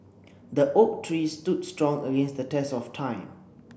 the oak tree stood strong against the test of time